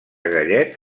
gallet